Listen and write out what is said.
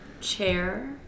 Chair